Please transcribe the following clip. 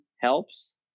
helps